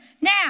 Now